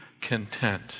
content